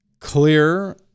clear